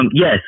Yes